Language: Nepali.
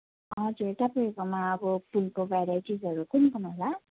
हजुर तपाईँकोमा अब फुलको भेराइटिजहरू कुन कुन होला